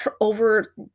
over